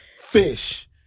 fish